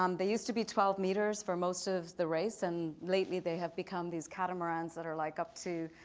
um they used to be twelve meters for most of the race. and lately, they have become these catamarans that are like up to,